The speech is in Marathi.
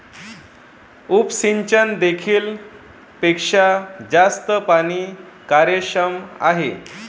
उपसिंचन देखील पेक्षा जास्त पाणी कार्यक्षम आहे